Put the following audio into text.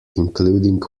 including